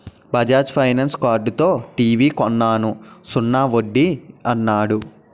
Bajaj finance కార్డుతో TV కొన్నాను సున్నా వడ్డీ యన్నాడు